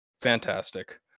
Fantastic